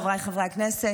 חבריי חברי הכנסת,